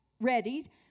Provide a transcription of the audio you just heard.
ready